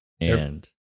and-